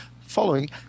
following